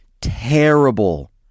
terrible